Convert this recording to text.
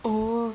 oh